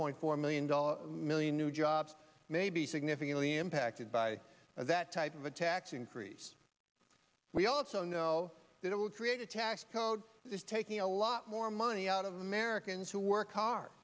point four million dollars million new jobs may be significantly impacted by that type of a tax increase we also know that it would create a tax code is taking a lot more money out of americans who work hard